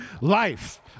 life